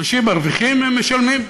אנשים מרוויחים והם משלמים.